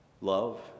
Love